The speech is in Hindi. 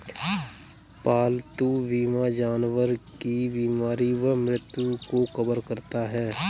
पालतू बीमा जानवर की बीमारी व मृत्यु को कवर करता है